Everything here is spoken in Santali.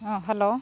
ᱦᱮᱸ ᱦᱮᱞᱳ